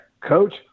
coach